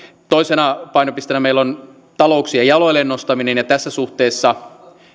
toisena painopisteenä meillä on talouksien jaloilleen nostaminen tässä suhteessa